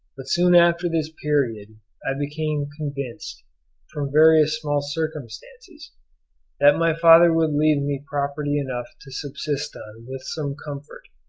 but soon after this period i became convinced from various small circumstances that my father would leave me property enough to subsist on with some comfort,